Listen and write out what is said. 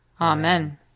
Amen